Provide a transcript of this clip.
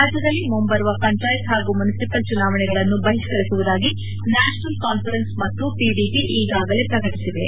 ರಾಜ್ಯದಲ್ಲಿ ಮುಂಬರುವ ಪಂಚಾಯತ್ ಪಾಗೂ ಮುನಿಸಿವಲ್ ಚುನಾವಣೆಗಳನ್ನು ಬಹಿಷ್ತರಿಸುವುದಾಗಿ ನ್ನಾಷನಲ್ ಕಾನ್ವರೆನ್ಸ್ ಮತ್ತು ಪಿಡಿಪಿ ಈಗಾಗಲೇ ಪ್ರಕಟಿಸಿವೆ